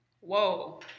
Whoa